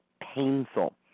painful